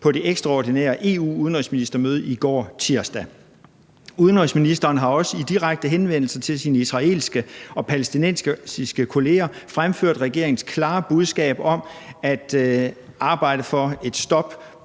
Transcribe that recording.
på det ekstraordinære EU-udenrigsministermøde i går, tirsdag. Udenrigsministeren har også i direkte henvendelse til sin israelske kollega og palæstinensiske kollega fremført regeringens klare budskab om at arbejde for et stop